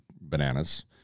bananas